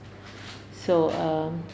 so um